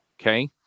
Okay